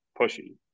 pushy